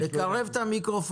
להשתמש בתשתית של הוט.